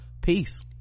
peace